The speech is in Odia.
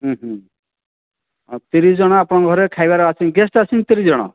ତିରିଶ ଜଣ ଆପଣଙ୍କ ଘରେ ଖାଇବାର ଅଛି ଗେଷ୍ଟ ଅଛନ୍ତି ତିରିଶ ଜଣ